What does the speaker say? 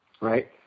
right